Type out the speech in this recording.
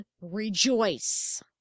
rejoice